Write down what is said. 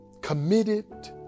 committed